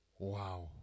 Wow